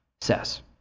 says